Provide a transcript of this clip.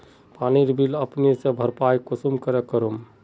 पानीर बिल अपने से भरपाई कुंसम करे करूम?